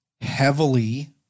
heavily